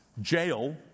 jail